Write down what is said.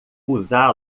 usá